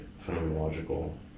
phenomenological